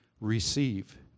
receive